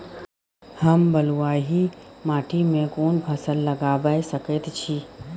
हम बलुआही माटी में कोन फसल लगाबै सकेत छी?